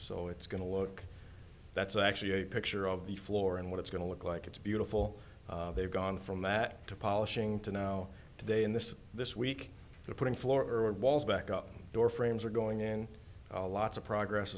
so it's going to look that's actually a picture of the floor and what it's going to look like it's beautiful they've gone from that to polishing to now today in this this week they're putting floor walls back up door frames are going in a lot of progress